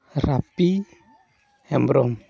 ᱨᱟᱯᱤ Hembrom